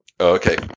Okay